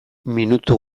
minutu